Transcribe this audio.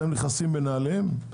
אתם נכנסים בנעליהם?